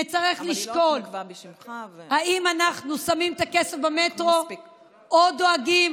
נצטרך לשקול אם אנחנו שמים את הכסף במטרו או דואגים